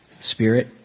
Spirit